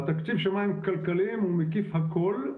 והתקציב של מים כלכליים הוא מקיף הכול,